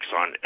on